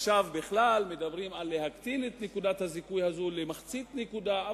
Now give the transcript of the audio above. עכשיו בכלל מדברים על הורדת נקודת הזיכוי הזאת למחצית הנקודה,